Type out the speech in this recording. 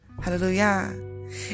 Hallelujah